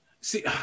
See